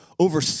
Over